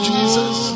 Jesus